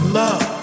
love